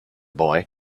boy